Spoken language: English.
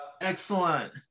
excellent